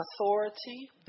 authority